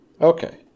Okay